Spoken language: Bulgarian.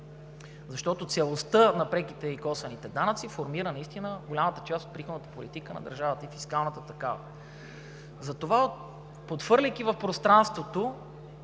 защото целостта на преките и косвените данъци формира наистина голямата част от приходната политика на държавата и фискалната такава. Затова, подхвърляйки в пространството